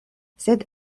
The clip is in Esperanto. sed